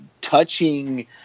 touching